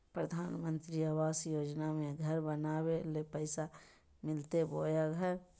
प्रधानमंत्री आवास योजना में घर बनावे ले पैसा मिलते बोया घर?